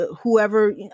whoever